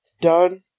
done